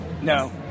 No